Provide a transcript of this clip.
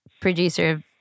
producer